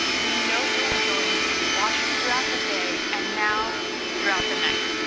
we know you'll enjoy using your watch throughout the day and now throughout the night.